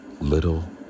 little